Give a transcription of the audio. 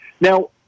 Now